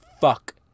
fuck